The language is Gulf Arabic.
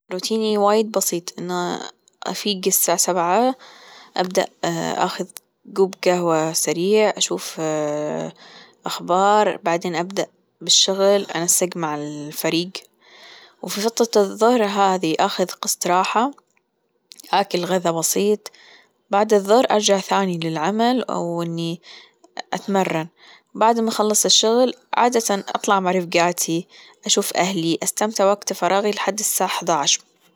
روتيني وايد بسيط أنا ايه أفيق الساعة سبعة ابدأ أااخد كوب جهوة سريع أشوف آآ أخبار بعدين ابدأ بالشغل أنسق مع الفريق وفي فترة الظهر هذي أخذ قسط راحة أكل غذا بسيط بعد الظهر أرجع ثاني للعمل أو إني أتمرن بعد ما أخلص الشغل عادة أطلع مع رفجاتي أشوف أهلي أستمتع وقت فراغي لحد الساعة احداش.